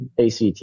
ACT